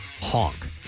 Honk